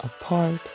apart